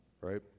right